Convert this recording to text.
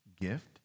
gift